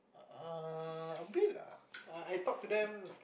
err a bit lah I I talk them